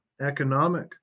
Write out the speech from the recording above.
economic